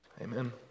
Amen